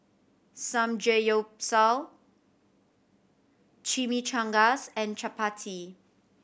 Samgeyopsal Chimichangas and Chapati